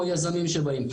או יזמים שבאים.